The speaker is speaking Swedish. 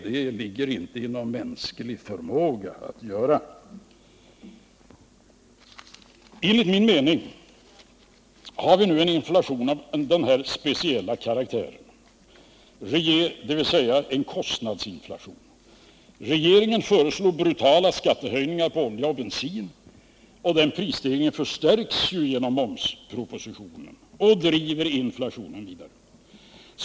Det ligger inte inom mänsklig förmåga att göra. Enligt min mening har vi nu en inflation av speciell karaktär, en kostnadsinflation. Regeringen föreslår brutala skattehöjningar på olja och bensin, en prisstegring som ju förstärks genom momspropositionen och driver inflationen vidare.